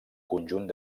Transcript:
conjunt